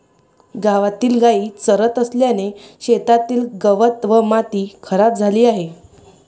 गावातील गायी चरत असल्याने शेतातील गवत व माती खराब झाली आहे